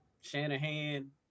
Shanahan